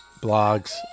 blogs